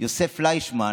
יוסף פליישמן,